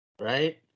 Right